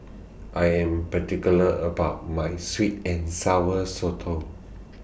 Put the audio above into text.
I Am particular about My Sweet and Sour Sotong